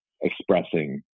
expressing